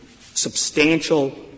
substantial